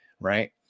right